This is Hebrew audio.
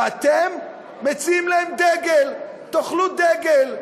ואתם מציגים להם דגל: תאכלו דגל,